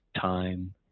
time